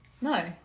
No